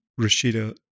Rashida